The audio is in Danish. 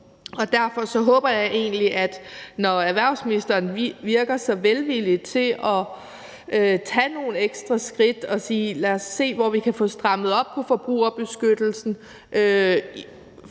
Derfor håber jeg egentlig, når erhvervsministeren virker så velvillig i forhold til at tage nogle ekstra skridt og sige, at vi skal se, hvor vi kan få strammet op på forbrugerbeskyttelsen